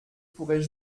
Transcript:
pourrais